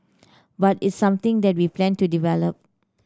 but it's something that we plan to develop